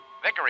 Vickery